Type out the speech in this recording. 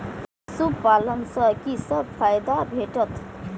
पशु पालन सँ कि सब फायदा भेटत?